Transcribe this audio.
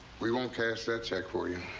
we won't cash that check for you.